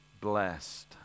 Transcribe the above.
blessed